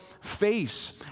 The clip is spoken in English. face